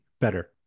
better